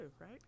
right